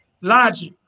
Logic